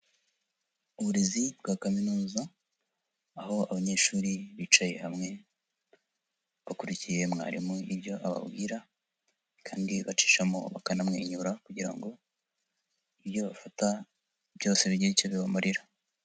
Uburezi bwa kaminuza aho abanyeshuri bicaye hamwe, bakurikiye mwarimu ibyo ababwira kandi bacishamo bakanamwenyura kugira ngo ibyo bafata byose bigire icyo bibamarira.